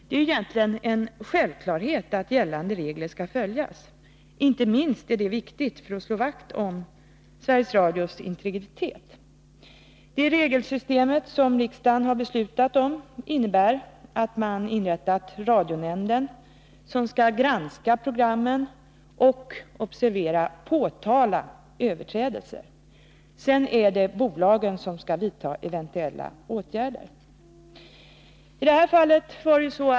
Det är egentligen en självklarhet att gällande regler skall följas. Inte minst är det viktigt för att slå vakt om Sveriges Radios integritet. Det regelsystem som riksdagen har beslutat om innebär att man har inrättat radionämnden, som skall granska programmen och — observera — påtala överträdelser. Sedan är det bolagen som skall vidta eventuella åtgärder.